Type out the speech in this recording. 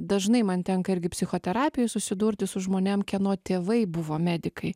dažnai man tenka irgi psichoterapijoj susidurti su žmonėm kieno tėvai buvo medikai